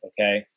okay